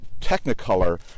technicolor